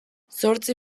zortzi